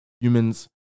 humans